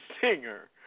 singer